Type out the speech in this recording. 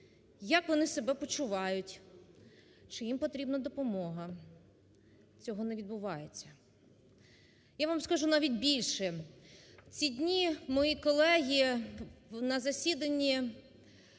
як вони себе почувають, чи їм потрібна допомога, цього не відбувається. Я вам скажу навіть більше. Ці дні мої колеги на засіданні